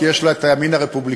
כי יש לה את הימין הרפובליקני,